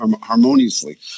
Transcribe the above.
harmoniously